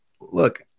look